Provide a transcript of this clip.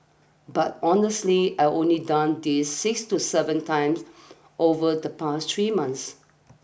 but honestly I only done this six to seven times over the past three months